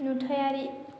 नुथायारि